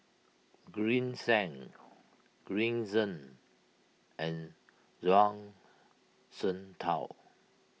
Green Zeng Green Zeng and Zhuang Shengtao